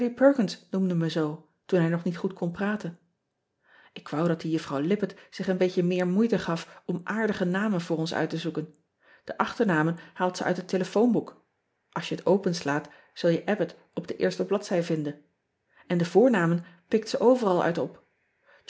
noemde me zoo toen hij nog niet goed kon praten k wou dat die uffrouw ippett zich een beetje meer moeite gaf om aardige namen voor ons uit te zoeken e achternamen haalt ze uit het telefoonboek als je het openslaat zul je bbott op de eerste bladzij vinden en de voornamen pikt ze overal uit op